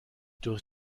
durch